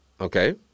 Okay